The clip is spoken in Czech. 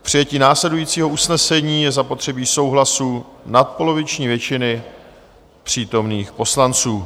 K přijetí následujícího usnesení je zapotřebí souhlasu nadpoloviční většiny přítomných poslanců.